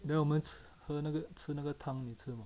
then 我们喝那个吃那个汤你吃 mah